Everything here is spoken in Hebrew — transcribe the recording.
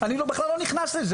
אני בכלל לא נכנס לזה,